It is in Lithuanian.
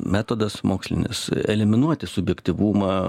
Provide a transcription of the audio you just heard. metodas mokslinis eliminuoti subjektyvumą